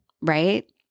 right